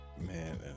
Man